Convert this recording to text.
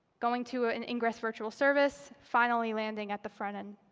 going to ah an ingress virtual service, finally landing at the front end,